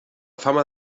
fama